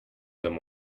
them